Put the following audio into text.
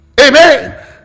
amen